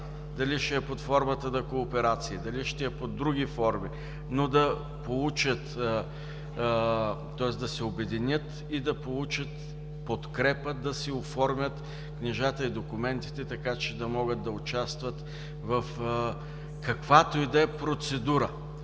дали ще е под формата на кооперации, дали ще е под други форми, но да се обединят и да получат подкрепа, за да оформят книжата и документите си така, че да могат да участват в каквато и да е процедура